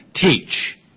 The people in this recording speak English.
teach